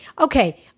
okay